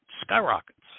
skyrockets